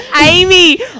Amy